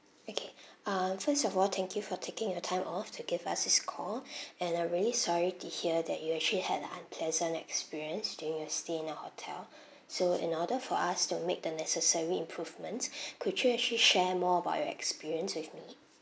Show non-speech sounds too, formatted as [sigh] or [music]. okay uh first of all thank you for taking your time off to give us this call [breath] and I'm really sorry to hear that you actually had an unpleasant experience during your stay in our hotel so in order for us to make the necessary improvements could you actually share more about your experience with me